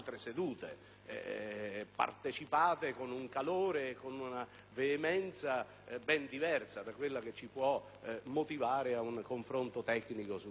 partecipate con un calore ed una veemenza ben diversa da quella che ci può motivare ad un confronto tecnico su tali norme.